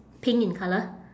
pink in colour